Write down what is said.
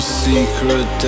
secret